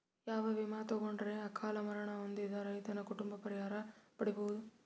ಯಾವ ವಿಮಾ ತೊಗೊಂಡರ ಅಕಾಲ ಮರಣ ಹೊಂದಿದ ರೈತನ ಕುಟುಂಬ ಪರಿಹಾರ ಪಡಿಬಹುದು?